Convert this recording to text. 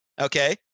Okay